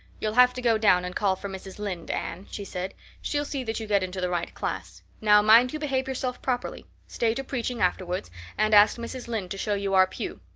you'll have to go down and call for mrs. lynde, anne, she said. she'll see that you get into the right class. now mind you behave yourself properly. stay to preaching afterwards and ask mrs. lynde to show you our pew.